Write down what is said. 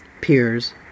peers